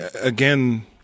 again